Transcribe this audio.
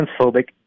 transphobic